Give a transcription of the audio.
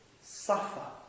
suffer